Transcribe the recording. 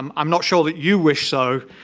um i'm not sure that you wish so,